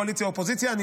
קואליציה ואופוזיציה.